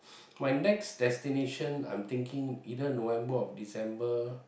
my next destination I'm thinking either November or December